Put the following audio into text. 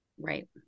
right